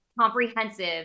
comprehensive